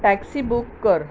taxi book कर